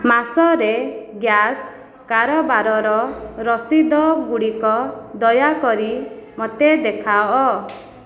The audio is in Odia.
ମାସରେ ଗ୍ୟାସ୍ କାରବାରର ରସିଦ ଗୁଡ଼ିକ ଦୟାକରି ମୋତେ ଦେଖାଅ